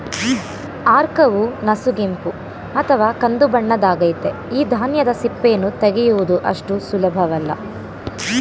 ಆರ್ಕವು ನಸುಗೆಂಪು ಅಥವಾ ಕಂದುಬಣ್ಣದ್ದಾಗಯ್ತೆ ಈ ಧಾನ್ಯದ ಸಿಪ್ಪೆಯನ್ನು ತೆಗೆಯುವುದು ಅಷ್ಟು ಸುಲಭವಲ್ಲ